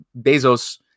Bezos